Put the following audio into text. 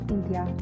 India